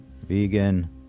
Vegan